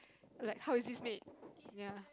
like how is this made ya